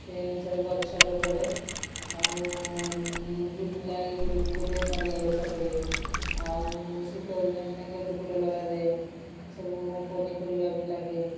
ସେଇ ଅନୁସାରେ ଗଛ ସବୁ ପଡ଼େ ଆଉ ଜୁଲାଇ ବେଳକୁ ବୋଧେ ନଡ଼ିଆଗଛ ପଡ଼େ ଆଉ ଶୀତଦିନେ ମାନେ ଗେଣ୍ଡୁ ଫୁଲ ଲଗାଯାଏ ସବୁ ପନିପରିବା ବି ଲାଗେ